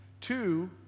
Two